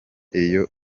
iyo